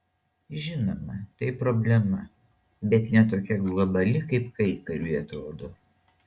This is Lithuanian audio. žinoma tai problema bet ne tokia globali kaip kaikariui atrodo